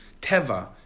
teva